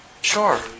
Sure